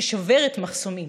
ששוברת מחסומים,